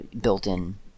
built-in